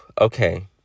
okay